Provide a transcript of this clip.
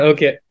Okay